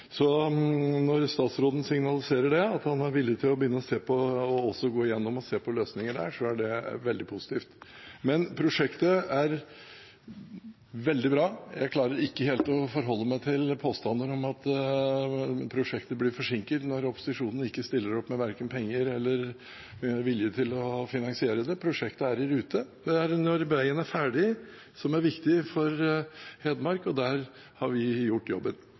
når statsråden signaliserer at han er villig til å begynne å se på løsninger der, er det veldig positivt. Men prosjektet er veldig bra. Jeg klarer ikke helt å forholde meg til påstander om at prosjektet blir forsinket, når opposisjonen ikke stiller opp med verken penger eller vilje til å finansiere det. Prosjektet er i rute. Det er når veien er ferdig, som er viktig for Hedmark, og der har vi gjort jobben.